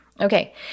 Okay